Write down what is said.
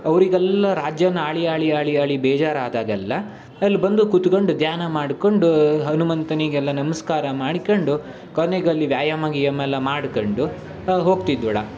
ಅವರಿಗೆಲ್ಲ ರಾಜ್ಯನ್ನು ಆಳಿ ಆಳಿ ಆಳಿ ಆಳಿ ಬೇಜಾರಾದಾಗೆಲ್ಲ ಅಲ್ಲಿ ಬಂದು ಕುತ್ಗಂಡು ಧ್ಯಾನ ಮಾಡ್ಕಂಡು ಹನುಮಂತನಿಗೆಲ್ಲ ನಮಸ್ಕಾರ ಮಾಡ್ಕಂಡು ಕೊನೆಗೆ ಅಲ್ಲಿ ವ್ಯಾಯಾಮ ಗೀಯಾಮ ಎಲ್ಲ ಮಾಡ್ಕೊಂಡು ಹೋಗ್ತಿದ್ವಡ